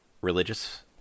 religious